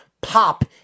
Pop